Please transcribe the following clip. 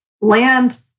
land